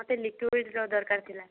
ମୋତେ ଲିକୁଇଡ଼ର ଦରକାର ଥିଲା